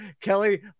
Kelly